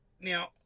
now